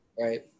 right